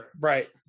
Right